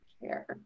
care